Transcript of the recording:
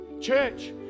Church